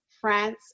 France